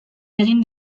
egin